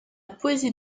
poésie